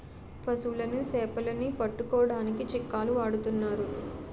పశువులని సేపలని పట్టుకోడానికి చిక్కాలు వాడతన్నారు